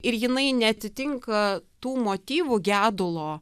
ir jinai neatitinka tų motyvų gedulo